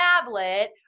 tablet